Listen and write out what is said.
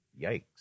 Yikes